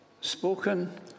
spoken